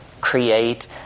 create